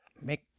make